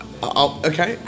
okay